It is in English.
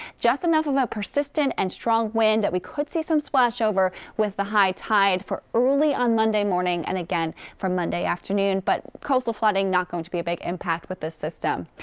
just enough of a persistent and strong wind that we could see some splash-over with the high tide for early on monday morning and again for monday afternoon. but coastal flooding not going to be a big impact with this system.